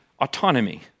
autonomy